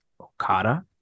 Okada